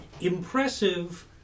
impressive